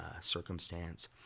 circumstance